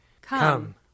Come